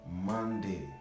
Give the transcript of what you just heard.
monday